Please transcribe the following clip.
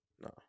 No